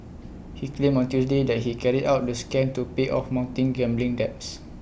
he claimed on Tuesday that he carried out the scam to pay off mounting gambling debts